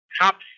Top